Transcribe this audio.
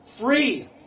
free